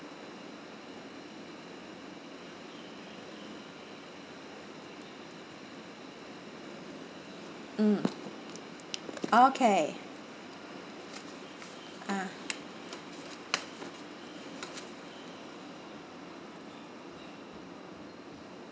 mm okay ah